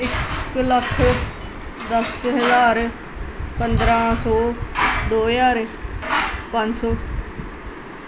ਇੱਕ ਲੱਖ ਦਸ ਹਜ਼ਾਰ ਪੰਦਰ੍ਹਾਂ ਸੌ ਦੋ ਹਜ਼ਾਰ ਪੰਜ ਸੌ